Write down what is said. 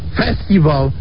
festival